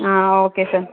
ah okay sir